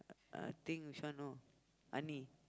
uh I think this one no